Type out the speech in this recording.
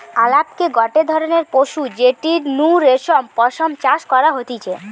আলাপকে গটে ধরণের পশু যেটির নু রেশম পশম চাষ করা হতিছে